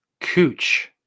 cooch